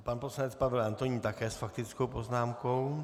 Pan poslanec Pavel Antonín také s faktickou poznámkou.